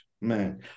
man